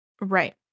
right